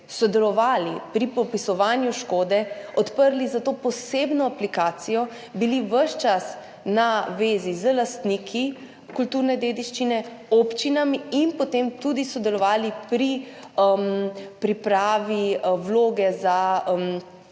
sodelovali pri popisovanju škode, odprli za to posebno aplikacijo, bili ves čas na zvezi z lastniki kulturne dediščine, občinami in potem tudi sodelovali pri pripravi vloge za